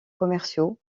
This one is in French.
commerciaux